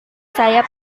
saya